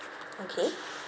okay